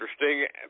interesting